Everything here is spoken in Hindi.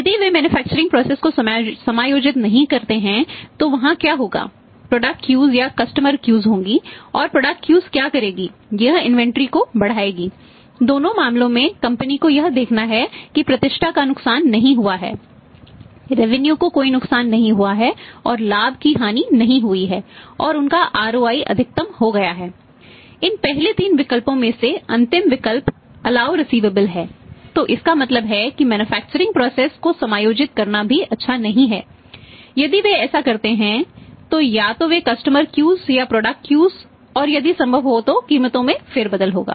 यदि वे मैन्युफैक्चरिंग प्रोसेस और यदि संभव हो तो कीमतों में फेरबदल होगा